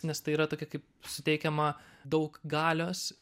nes tai yra tokia kaip suteikiama daug galios